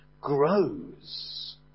grows